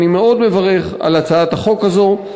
אני מאוד מברך על הצעת החוק הזאת.